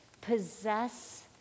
Possess